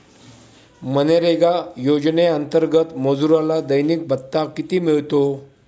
मनरेगा योजनेअंतर्गत मजुराला दैनिक भत्ता किती मिळतो?